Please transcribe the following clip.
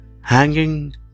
hanging